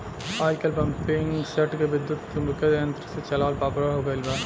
आजकल पम्पींगसेट के विद्युत्चुम्बकत्व यंत्र से चलावल पॉपुलर हो गईल बा